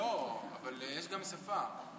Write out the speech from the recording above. אבל יש גם שפה.